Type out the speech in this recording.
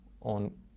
on